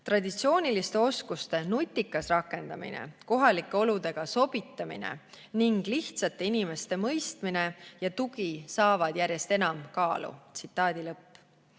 Traditsiooniliste oskuste nutikas rakendamine, kohalike oludega sobitamine ning lihtsate inimeste mõistmine ja tugi saavad järjest enam kaalu." Meil